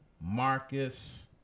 Marcus